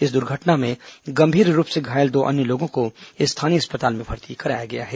इस दुर्घटना में गंभीर रूप से घायल दो अन्य लोगों को स्थानीय अस्पताल में भर्ती कराया गया है